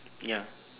ya